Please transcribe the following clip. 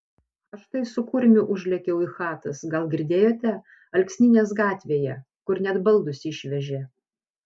aš tai su kurmiu užlėkiau į chatas gal girdėjote alksnynės gatvėje kur net baldus išvežė